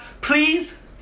please